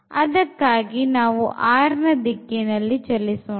ಅದಕ್ಕಾಗಿ ನಾವು r ನ ದಿಕ್ಕಿನಲ್ಲಿ ಚಲಿಸೋಣ